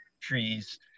trees